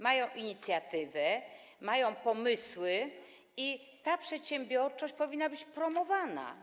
Mają inicjatywę, mają pomysły i ta przedsiębiorczość powinna być promowana.